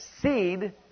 seed